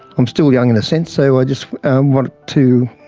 i'm still young in a sense, so i just want to,